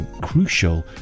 crucial